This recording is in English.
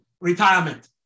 retirement